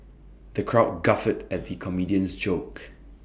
the crowd guffawed at the comedian's jokes